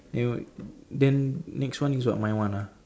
and wait then next one is what my one ah